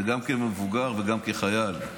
גם כמבוגר וגם כחייל.